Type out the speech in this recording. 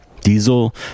Diesel